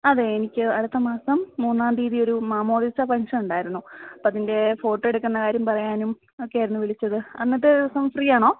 അതെ എനിക്ക് അടുത്ത മാസം മൂന്നാം തീയതി ഒരു മാമോദിസ ഫംഗ്ഷൻ ഉണ്ടായിരുന്നു അപ്പോൾ അതിൻ്റെ ഫോട്ടോ എടുക്കുന്ന കാര്യം പറയാനും ഒക്കെയായിരുന്നു വിളിച്ചത് അന്നത്തെ ദിവസം ഫ്രീ ആണോ